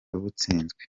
butsinzwe